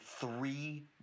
three